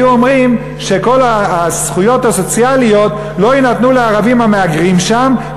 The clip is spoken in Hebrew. היו אומרים שכל הזכויות הסוציאליות לא יינתנו לערבים המהגרים שם,